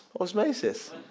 osmosis